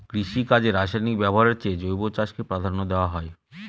কৃষিকাজে রাসায়নিক ব্যবহারের চেয়ে জৈব চাষকে প্রাধান্য দেওয়া হয়